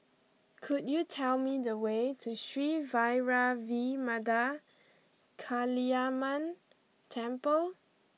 could you tell me the way to Sri Vairavimada Kaliamman Temple